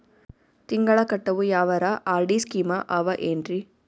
ತಿಂಗಳ ಕಟ್ಟವು ಯಾವರ ಆರ್.ಡಿ ಸ್ಕೀಮ ಆವ ಏನ್ರಿ?